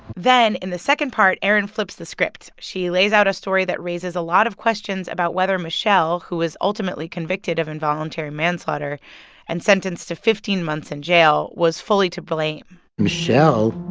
then, in the second part, erin flips the script. she lays out a story that raises a lot of questions about whether michelle, who was ultimately convicted of involuntary manslaughter and sentenced to fifteen months in jail, was fully to blame michelle